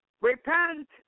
Repent